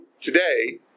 today